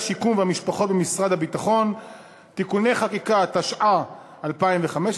ההצעה, 37 חברים, נגדה, אין, נמנעים, אין.